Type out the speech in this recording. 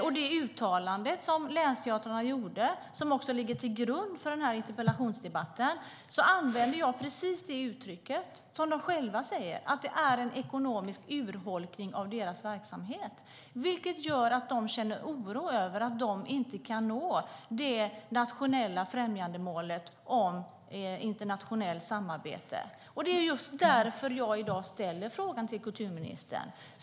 När det gäller det uttalande länsteatrarna gjorde, som också ligger till grund för den här interpellationsdebatten, använder jag precis det uttryck de själva gör: Det är en ekonomisk urholkning av deras verksamhet, vilket gör att de känner oro över att de inte kan nå det nationella främjandemålet om internationellt samarbete. Det är just därför jag i dag ställer frågan till kulturministern.